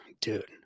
Dude